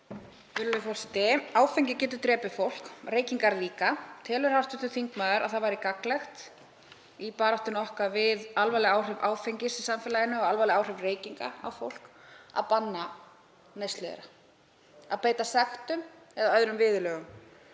Virðulegur forseti. Áfengi getur drepið fólk, reykingar líka. Telur hv. þingmaður að það væri gagnlegt í baráttu okkar við alvarleg áhrif áfengis í samfélaginu og alvarleg áhrif reykinga á fólk að banna neyslu þeirra, að beita sektum eða öðrum viðurlögum